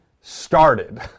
started